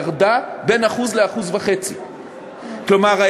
ירדה ב-1% 1.5%. כלומר,